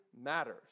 matters